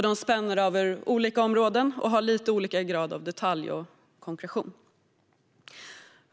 De spänner över olika områden och har lite olika grad av detalj och konkretion.